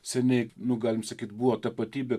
seniai nu galim sakyt buvo tapatybė